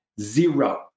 zero